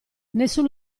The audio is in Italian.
nessun